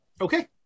Okay